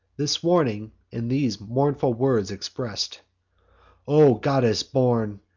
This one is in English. this warning in these mournful words express'd o goddess-born!